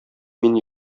мин